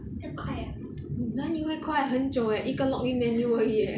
哪里会快很久 leh 一个 login menu 而已 leh